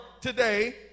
today